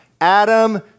Adam